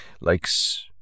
Likes